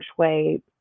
shui